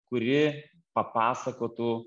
kuri papasakotų